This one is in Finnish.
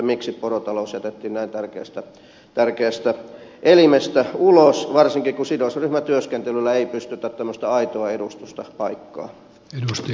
miksi porotalous jätettiin näin tärkeästä elimestä ulos varsinkin kun sidosryhmätyöskentelyllä ei pystytä tämmöistä aitoa edus tusta paikkaamaan